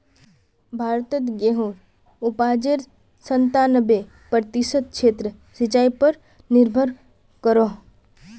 भारतोत गेहुंर उपाजेर संतानबे प्रतिशत क्षेत्र सिंचाई पर निर्भर करोह